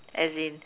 as in